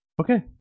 Okay